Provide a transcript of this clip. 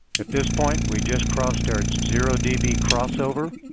at this point, we just crossed our zero db crossover.